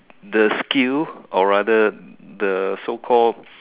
the skill or rather the so called